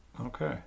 Okay